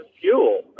fuel